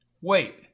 Wait